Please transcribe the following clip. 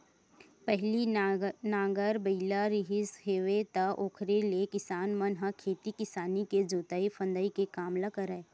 पहिली नांगर बइला रिहिस हेवय त ओखरे ले किसान मन ह खेती किसानी के जोंतई फंदई के काम ल करय